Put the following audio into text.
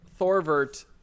Thorvert